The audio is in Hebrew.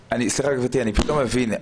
סליחה, גברתי, אני פתאום מבין.